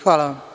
Hvala vam.